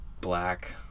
black